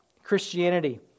Christianity